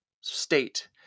state